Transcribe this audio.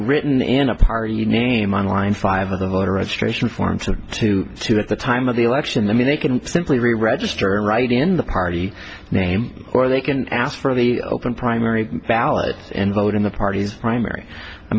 written in a party you name on line five of the voter registration forms of two to at the time of the election the mean you can simply reregister right in the party name or they can ask for the open primary ballot and vote in the party's primary i